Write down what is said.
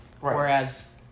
Whereas